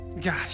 God